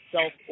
self